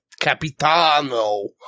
Capitano